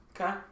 Okay